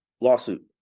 Lawsuit